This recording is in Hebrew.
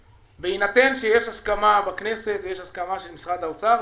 בהינתן שיש הסכמה בכנסת ויש הסכמה של משרד האוצר,